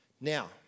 Now